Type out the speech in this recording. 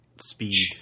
speed